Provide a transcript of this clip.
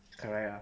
correct